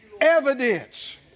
evidence